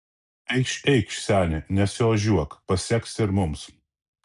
eikš eikš seni nesiožiuok paseksi ir mums